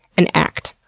and act.